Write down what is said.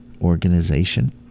organization